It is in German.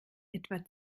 etwa